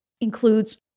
includes